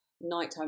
nighttime